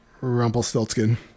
Rumpelstiltskin